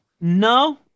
No